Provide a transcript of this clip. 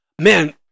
Man